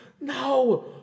No